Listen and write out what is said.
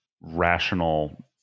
rational